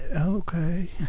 okay